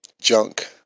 junk